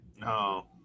No